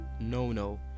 no-no